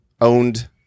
owned